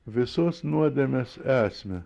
visos nuodėmės esmę